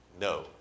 no